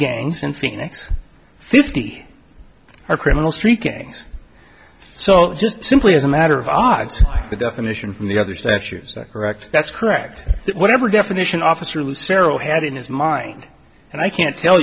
gangs in phoenix fifty are criminal street gangs so just simply as a matter of odds the definition from the other statues i correct that's correct but whatever definition officer was ceral had in his mind and i can't tell